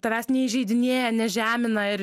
tavęs neįžeidinėja nežemina ir